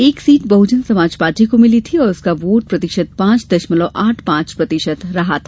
एक सीट बहुजन समाज पार्टी को मिली थी और उसका वोट प्रतिशत पांच दशमलव आठ पांच प्रतिशत रहा था